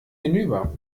hinüber